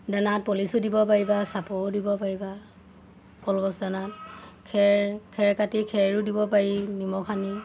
দানাত পলিচো দিব পাৰিবা চাপৰো দিব পাৰিবা কলগছ দানাত খেৰ খেৰ কাটি খেৰো দিব পাৰি নিমখ আনি